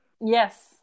yes